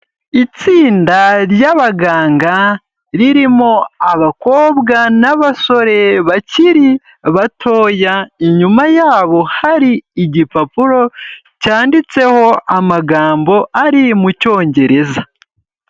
Itsinda ry'abaganga ririmo abakobwa n'abasore bakiri batoya, inyuma yabo hari igipapuro cyanditseho amagambo ari mu cyongereza.